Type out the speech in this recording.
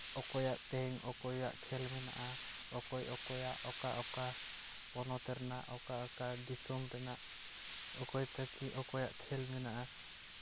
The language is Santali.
ᱚᱠᱚᱭᱟᱜ ᱛᱮᱦᱮᱧ ᱚᱠᱚᱭᱟᱜ ᱠᱷᱮᱞ ᱢᱮᱱᱟᱜᱼᱟ ᱚᱠᱚᱭ ᱚᱠᱚᱭᱟᱜ ᱚᱠᱟ ᱚᱠᱟ ᱯᱚᱱᱚᱛ ᱨᱮᱱᱟᱜ ᱚᱠᱟ ᱚᱠᱟ ᱫᱤᱥᱚᱢ ᱨᱮᱱᱟᱜ ᱚᱠᱚᱭ ᱛᱟᱹᱠᱤᱱ ᱚᱠᱭᱟᱜ ᱠᱷᱮᱞ ᱢᱮᱱᱟᱜᱼᱟ